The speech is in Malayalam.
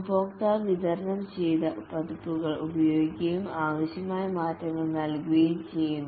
ഉപഭോക്താവ് വിതരണം ചെയ്ത പതിപ്പുകൾ ഉപയോഗിക്കുകയും ആവശ്യമായ മാറ്റങ്ങൾ നൽകുകയും ചെയ്യുന്നു